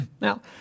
Now